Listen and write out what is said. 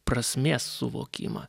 prasmės suvokimą